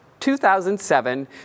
2007